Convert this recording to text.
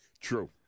True